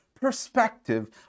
perspective